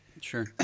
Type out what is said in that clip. Sure